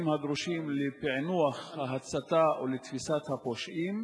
הדרושים לפענוח ההצתה ולתפישת הפושעים?